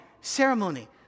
ceremony